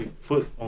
Foot